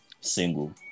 single